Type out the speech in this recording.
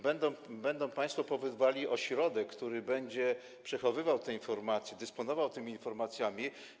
Będą państwo powoływali ośrodek, który będzie przechowywał te informacje, dysponował tymi informacjami.